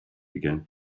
began